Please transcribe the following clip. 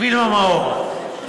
וילמה מאור.